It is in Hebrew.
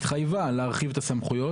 התחייבה להרחיב את הסמכויות.